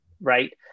right